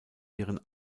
ihren